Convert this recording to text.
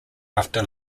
after